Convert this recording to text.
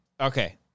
Okay